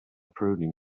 pruning